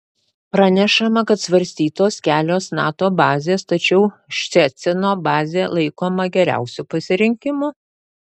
pranešama kad svarstytos kelios nato bazės tačiau ščecino bazė laikoma geriausiu pasirinkimu